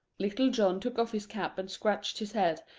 little john took off his cap and scratched his head,